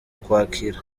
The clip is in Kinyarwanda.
ukwakira